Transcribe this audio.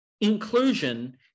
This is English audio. Inclusion